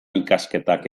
ikasketak